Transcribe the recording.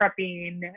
prepping